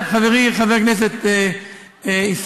חברי חבר הכנסת עיסאווי,